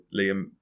Liam